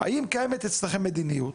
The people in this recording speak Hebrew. האם קיימת אצלכם מדיניות?